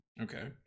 Okay